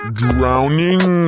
drowning